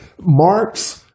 Marx